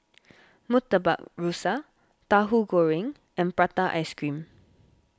Murtabak Rusa Tahu Goreng and Prata Ice Cream